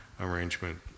arrangement